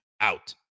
out